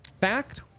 fact